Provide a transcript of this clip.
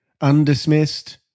undismissed